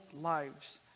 lives